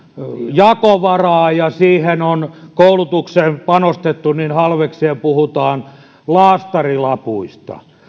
jakovaraa ja koulutukseen on panostettu niin halveksien puhutaan laastarilapuista